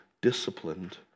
disciplined